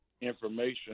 information